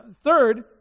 Third